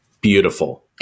Beautiful